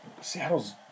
Seattle's